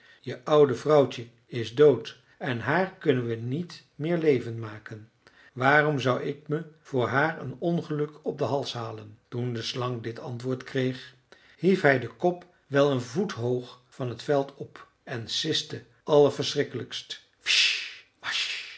je oude vrouwtje is dood en haar kunnen we niet meer levend maken waarom zou ik me voor haar een ongeluk op den hals halen toen de slang dit antwoord kreeg hief hij den kop wel een voet hoog van het veld op en siste